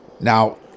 Now